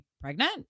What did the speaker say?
pregnant